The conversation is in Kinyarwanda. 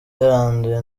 yaranduye